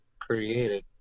created